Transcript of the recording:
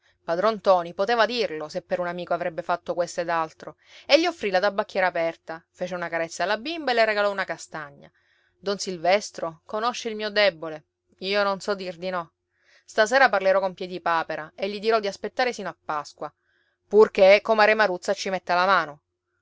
padron ntoni poteva dirlo se per un amico avrebbe fatto questo ed altro e gli offrì la tabacchiera aperta fece una carezza alla bimba e le regalò una castagna don silvestro conosce il mio debole io non so dir di no stasera parlerò con piedipapera e gli dirò di aspettare sino a pasqua purché comare maruzza ci metta la mano